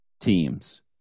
teams